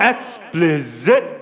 Explicit